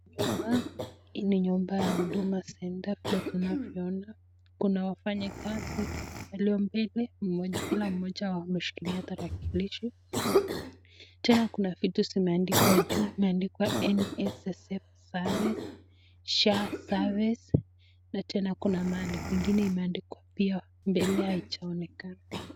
Hii ni nyumba ya huduma center vile tunavoona, kuna wafanyi kazi walio mbele, kila mmoja wao ameshikilia tarakilishi, tena kuna vitu zimeandikwa juu, imeandikwa nssf service, sha service na tena kuna mahali kwingine imeandikwa pia mbele haijaonekana.